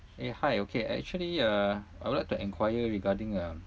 eh hi okay actually uh I would like to enquire regarding uh